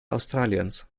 australiens